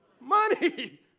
money